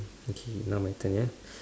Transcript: okay now my turn ya